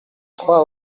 trois